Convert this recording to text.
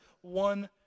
one